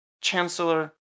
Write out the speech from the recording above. Chancellor